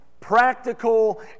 practical